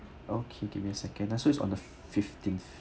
okay give me a second ah is on the fifteenth